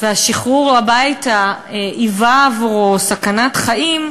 והשחרור הביתה היווה עבורו סכנת חיים,